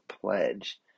pledge